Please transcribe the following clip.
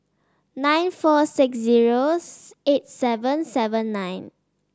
nine four six zero eight seven seven nine